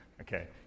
Okay